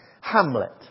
Hamlet